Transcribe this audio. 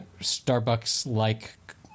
Starbucks-like